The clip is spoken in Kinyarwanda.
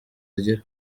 agira